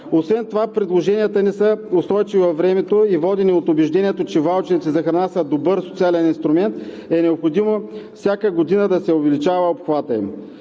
Освен това предложенията ни са устойчиви във времето и водени от убеждението, че ваучерите за храна са добър социален инструмент, е необходимо всяка година да се увеличава обхватът им.